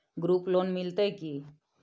Group loan मिलतै की?